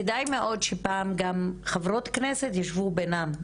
כדאי מאוד שפעם גם חברות כנסת ישבו בינם,